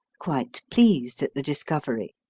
quite pleased at the discovery.